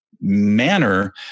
manner